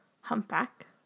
humpback